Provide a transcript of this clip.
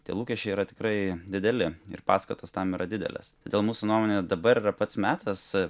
tie lūkesčiai yra tikrai dideli ir paskatos tam yra didelės todėl mūsų nuomone dabar yra pats metas